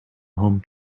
home